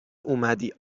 اومدی